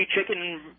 chicken